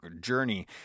journey